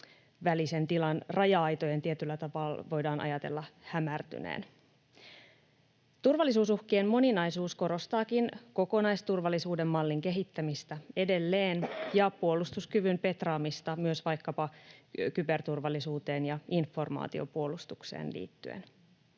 välisen tilan raja-aitojen tietyllä tapaa voidaan ajatella hämärtyneen. Turvallisuusuhkien moninaisuus korostaakin kokonaisturvallisuuden mallin kehittämistä edelleen ja puolustuskyvyn petraamista myös vaikkapa kyberturvallisuuteen ja informaatiopuolustukseen liittyen.